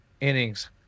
innings